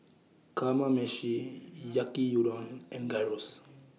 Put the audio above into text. Kamameshi Yaki Udon and Gyros